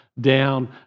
down